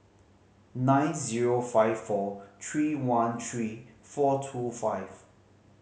nine zero five four three one three four two five